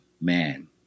man